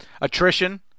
Attrition